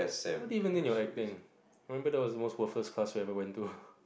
what did you mean you have been remember that was a first class we ever went to